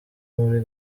muri